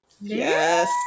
Yes